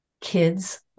kids